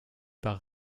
par